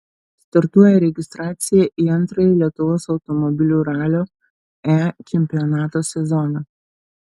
startuoja registracija į antrąjį lietuvos automobilių ralio e čempionato sezoną